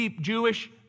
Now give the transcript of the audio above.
Jewish